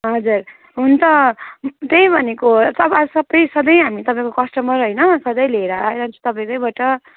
हजुर हुन् त त्यही भनेको तपाईँहरू सबै सधैँ हामी तपाईँको कस्टमर होइन सधैँ लिएर आइरहन्छु तपाईँकैबाट